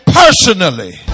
personally